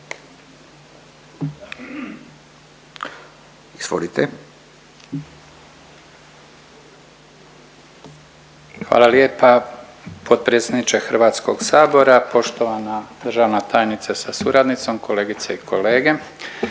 Hvala lijepa potpredsjedniče Hrvatskog sabora, poštovana državna tajnice sa suradnicom, kolegice i kolege